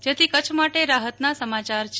જેથી કચ્છ માટે રાહતના સમાચાર છે